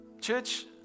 Church